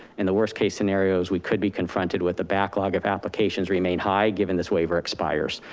in the worst case scenarios, we could be confronted with the backlog of applications remain high, given this waiver expires.